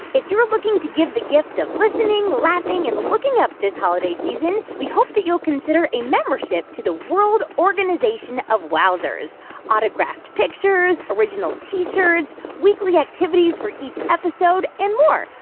if you're looking to give the gift of listening, laughing and looking up this holiday season, we hope that you'll consider a membership to the world organization of wowzers autographed pictures, original t-shirts, weekly activities for each episode and more.